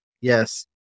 Yes